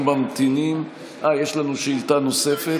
יש לנו שאילתה נוספת,